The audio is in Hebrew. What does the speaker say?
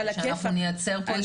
כדי שאנחנו נייצר פה איזשהו איזון.